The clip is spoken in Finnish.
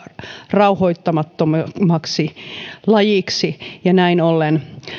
rauhoittamattomaksi lajiksi ja näin ollen